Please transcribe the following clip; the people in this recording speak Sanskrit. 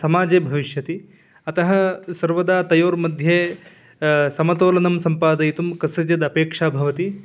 समाजे भविष्यति अतः सर्वदा तयोर्मध्ये समतोलनं सम्पादयितुं कस्यचिदपेक्षा भवति